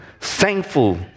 thankful